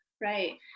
Right